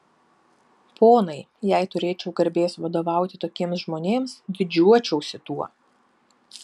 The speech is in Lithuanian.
ponai jei turėčiau garbės vadovauti tokiems žmonėms didžiuočiausi tuo